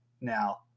now